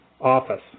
office